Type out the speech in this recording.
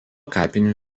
kapinių